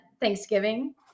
Thanksgiving